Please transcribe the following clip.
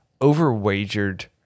over-wagered